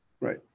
right